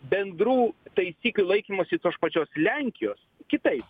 bendrų taisyklių laikymosi tos pačios lenkijos kitais